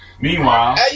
Meanwhile